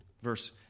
Verse